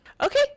Okay